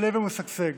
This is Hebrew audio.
שלו ומשגשג.